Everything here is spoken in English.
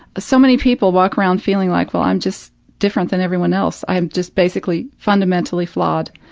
so many people walk around feeling like, well, i'm just different than everyone else, i'm just basically, fundamentally flawed.